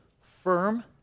firm